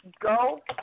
Go